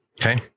okay